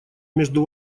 между